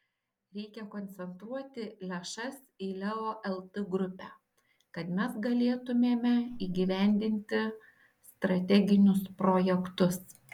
reikia koncentruoti lėšas į leo lt grupę kad mes galėtumėme įgyvendinti strateginius projektus